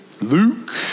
Luke